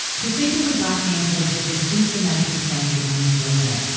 distinctively black names have existed since the nineteenth century and enslavement.